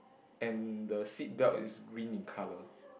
and the seat belt is green in colour